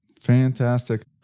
Fantastic